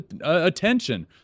attention